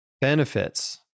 benefits